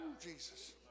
Jesus